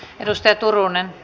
arvoisa puhemies